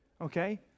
okay